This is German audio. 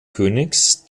königs